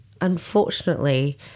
unfortunately